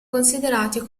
considerati